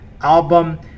album